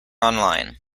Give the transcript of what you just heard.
online